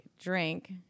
drink